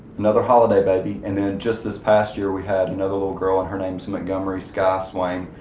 another holiday baby. and then just this past year, we had another little girl, and her name's montgomery skye swaim.